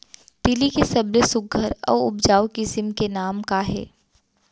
तिलि के सबले सुघ्घर अऊ उपजाऊ किसिम के नाम का हे?